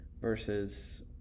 versus